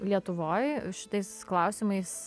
lietuvoj šitais klausimais